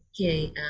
Okay